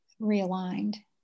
realigned